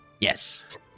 Yes